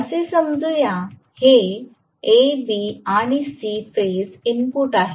असे समजूया हे A B आणि C फेज इनपुट आहेत